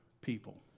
people